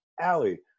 Allie